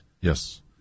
Yes